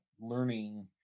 learning